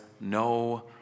no